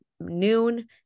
Noon